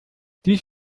dies